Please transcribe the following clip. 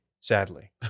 sadly